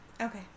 Okay